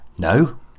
no